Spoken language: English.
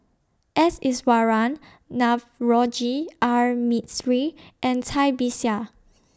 S Iswaran Navroji R Mistri and Cai Bixia